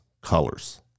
colors